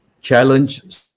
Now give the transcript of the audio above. challenge